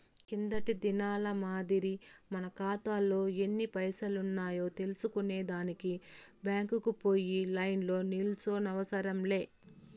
కిందటి దినాల మాదిరి మన కాతాలో ఎన్ని పైసలున్నాయో తెల్సుకునే దానికి బ్యాంకుకు పోయి లైన్లో నిల్సోనవసరం లే